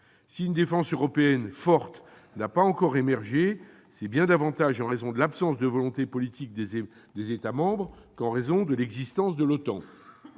Si une défense européenne forte n'a pas encore émergé, c'est bien davantage en raison de l'absence de volonté politique des États membres qu'en raison de l'existence de l'OTAN.